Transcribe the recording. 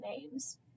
names